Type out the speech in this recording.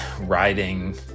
riding